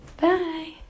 Bye